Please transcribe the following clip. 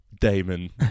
Damon